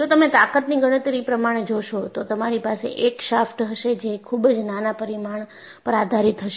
જો તમે તાકતની ગણતરી પ્રમાણે જોશો તો તમારી પાસે એક શાફ્ટ હશે જે ખૂબ જ નાના પરિમાણ પર આધારિત હશે